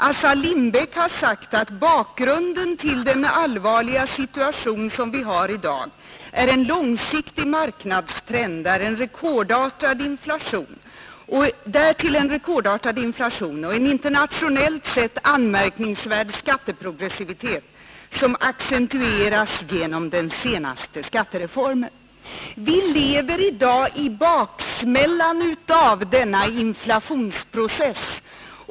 Assar Lindbeck har sagt att bakgrunden till den allvarliga situation som vi har i dag är en långsiktig marknadstrend och därtill en rekordartad inflation och en internationellt sett anmärkningsvärd skatteprogressivitet, som accentueras genom den senaste skattereformen. Vi lever i dag i baksmällan efter denna inflationsprocess.